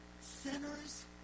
sinners